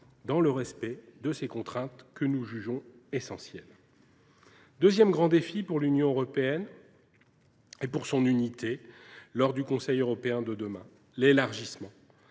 dans le respect de ces contraintes que nous jugeons essentielles ? Le deuxième grand défi pour l’unité européenne lors du Conseil européen de demain est l’élargissement.